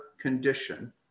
condition